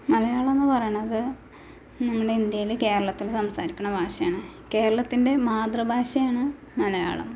മലയാളം എന്നു പറയുന്നത് നമ്മളെ ഇന്ത്യയിൽ കേരളത്തിൽ സംസാരിക്കുന്ന ഭാഷയാണ് കേരളത്തിന്റെ മാതൃഭാഷയാണ് മലയാളം